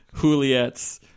Juliet's